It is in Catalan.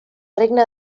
regne